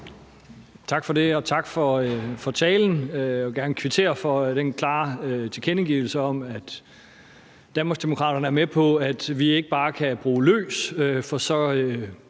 Tak for det, og tak for talen. Og jeg vil gerne kvittere for den klare tilkendegivelse om, at Danmarksdemokraterne er med på, at vi ikke bare kan bruge løs, for så